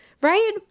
right